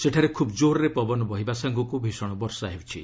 ସେଠାରେ ଖୁବ୍ ଜୋର୍ରେ ପବନ ବହିବା ସାଙ୍ଗକୁ ଭୀଷଣ ବର୍ଷା ହେଉଛି